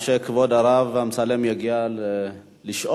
עד שכבוד הרב אמסלם יגיע לשאול,